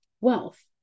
wealth